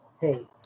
Hey